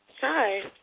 Hi